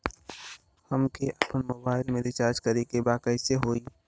हमके आपन मोबाइल मे रिचार्ज करे के बा कैसे होई?